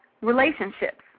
relationships